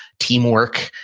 teamwork,